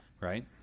right